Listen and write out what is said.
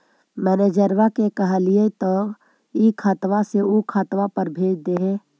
मैनेजरवा के कहलिऐ तौ ई खतवा से ऊ खातवा पर भेज देहै?